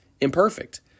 imperfect